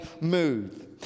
move